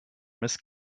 miss